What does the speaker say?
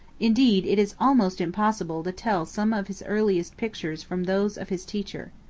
indeed it is almost impossible to tell some of his earliest pictures from those of his teacher.